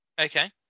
okay